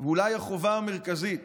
ואולי החובה המרכזית